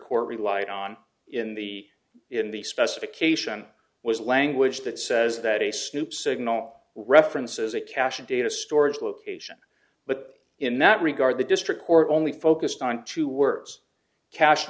court relied on in the in the specification was language that says that a snoop signal reference is a caching data storage location but in that regard the district court only focused on two words cash